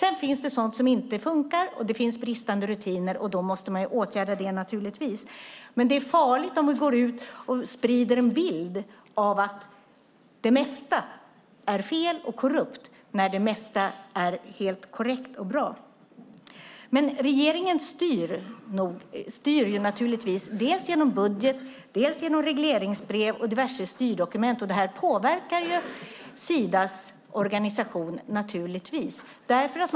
Sedan finns det sådant som inte funkar, och det finns bristande rutiner och då måste man naturligtvis åtgärda det. Men det är farligt om vi går ut och sprider en bild av att det mesta är fel och korrupt när det mesta är helt korrekt och bra. Regeringen styr naturligtvis dels genom budget, dels genom regleringsbrev och diverse styrdokument. Detta påverkar naturligtvis Sidas organisation.